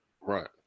Right